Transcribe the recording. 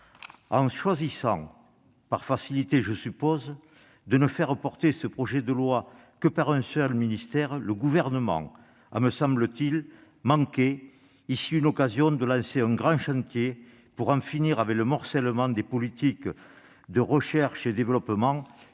que c'est par facilité -de ne faire porter ce projet de loi que par un seul ministère, le Gouvernement a, me semble-t-il, manqué ici une occasion de lancer un grand chantier pour en finir avec le morcellement des politiques de recherche et développement